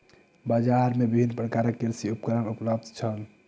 बजार में विभिन्न प्रकारक कृषि उपकरण उपलब्ध छल